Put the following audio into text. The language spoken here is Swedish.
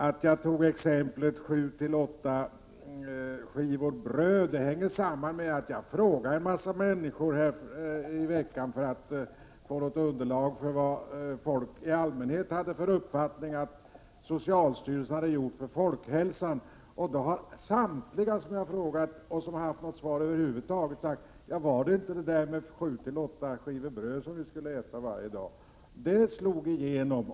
Att jag tog upp kampanjen för 6—8 skivor bröd om dagen hänger samman med att jag i veckan frågade ett antal människor för att få veta vad folk i allmänhet hade för uppfattning om vad socialstyrelsen gjort för folkhälsan. Samtliga som över huvud taget hade något svar på frågan sade: Var det inte det där att vi skulle äta 6—8 skivor bröd varje dag? Det slog igenom.